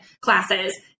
classes